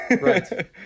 right